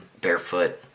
Barefoot